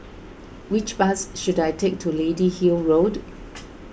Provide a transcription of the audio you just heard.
which bus should I take to Lady Hill Road